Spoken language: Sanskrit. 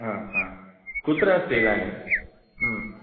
हा हा कुत्र अस्ति इदानीं